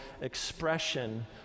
expression